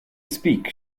speak